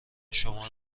شما